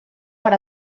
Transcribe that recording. per